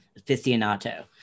aficionado